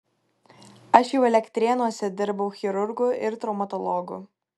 aš jau elektrėnuose dirbau chirurgu ir traumatologu